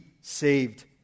saved